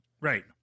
Right